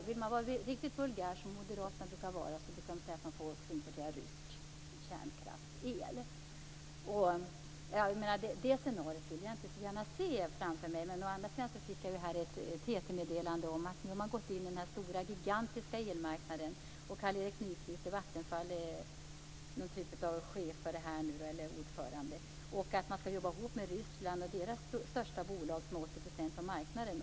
Vill man vara riktigt vulgär, som moderaterna brukar vara, kan man säga att vi får också importera rysk kärnkraftsel. Det scenariot vill jag inte gärna se framför mig. Jag har fått ett TT-meddelande om att man nu har gått in på den stora gigantiska elmarknaden. Carl-Erik Nyquist i Vattenfall skall bli någon typ av chef eller ordförande för detta. Vi skall arbeta ihop med Ryssland och dess största bolag som har 80 % av marknaden.